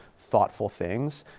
thoughtful things.